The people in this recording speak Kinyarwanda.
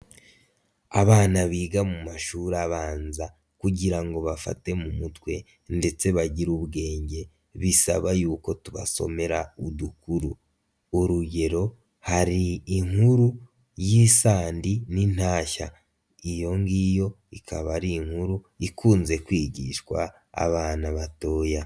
Abana biga mu mashuri abanza kugira ngo bafate mu mutwe ndetse bagire ubwenge bisaba yuko tubasomera udukuru, urugero hari inkuru y'isandi n'intashya, iyo ngiyo ikaba ari inkuru ikunze kwigishwa abana batoya.